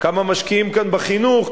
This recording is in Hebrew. כמה משקיעים כאן בחינוך,